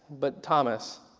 but thomas,